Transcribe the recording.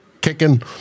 kicking